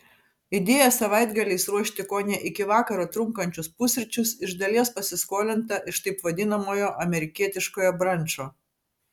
idėja savaitgaliais ruošti kone iki vakaro trunkančius pusryčius iš dalies pasiskolinta iš taip vadinamojo amerikietiškojo brančo